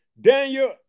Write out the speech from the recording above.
Daniel